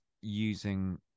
using